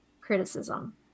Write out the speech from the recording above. criticism